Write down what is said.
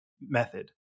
method